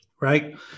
Right